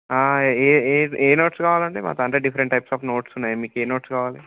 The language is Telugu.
ఏ ఏ ఏ నోట్స్ కావాలండీ మాతో అంటే డిఫరెంట్ టైప్స్ ఆఫ్ నోట్స్ ఉన్నాయి మీకు ఏ నోట్స్ కావాలి